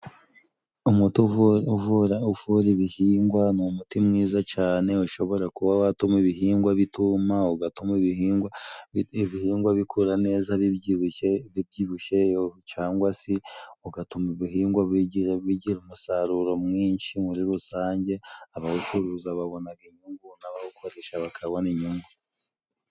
Umuti uvura ufura ibihingwa ni umuti mwiza cane ushobora kuba watuma ibihingwa bituma ,ugatuma ibihingwa ibihingwa bikura neza bibyibushe bibyibushe, cangwa se ugatuma ibihingwa bigira bigira umusaruro mwinshi muri rusange abawucuruza babonaga inyungu n'abawukoresha bakabona inyungu.